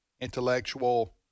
intellectual